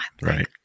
Right